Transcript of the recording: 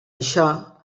això